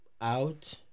out